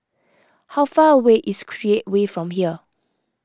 how far away is Create Way from here